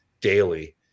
daily